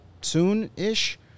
soon-ish